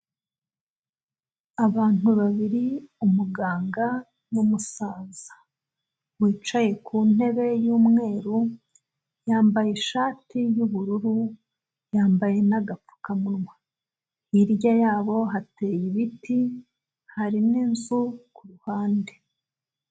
Abantu babiri umuganga n'umusaza wicaye ku ntebe y'umweru, yambaye ishati y'ubururu, yambaye n'agapfukamunwa. Hirya yabo hateye ibiti, hari n'inzu ku ruhande.